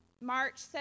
March